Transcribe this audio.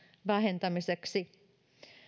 vähentämiseksi